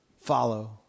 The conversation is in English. Follow